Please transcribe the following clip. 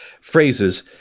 phrases